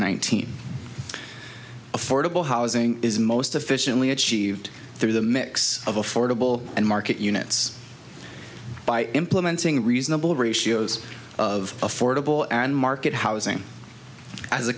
nineteen affordable housing is most efficiently achieved through the mix of affordable and market units by implementing reasonable ratios of affordable and market housing as a